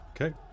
Okay